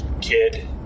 kid